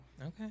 Okay